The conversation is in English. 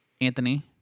Anthony